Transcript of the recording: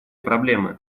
проблемы